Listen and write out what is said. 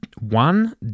One